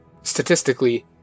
statistically